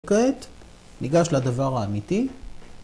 כעת, ניגש לדבר האמיתי